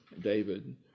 David